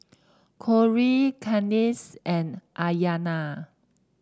Corrie Kadence and Ayanna